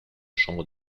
chambre